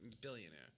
billionaire